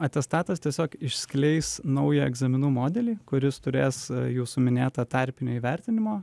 atestatas tiesiog išskleis naują egzaminų modelį kuris turės jūsų minėtą tarpinio įvertinimo